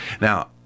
Now